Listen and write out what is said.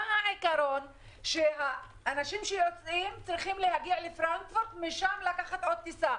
מה העיקרון שהאנשים שיוצאים צריכים להגיע לפרנקפורט ומשם עוד טיסה,